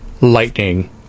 Lightning